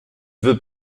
veux